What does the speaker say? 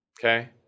Okay